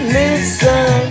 listen